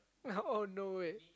oh no wait